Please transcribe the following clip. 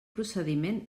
procediment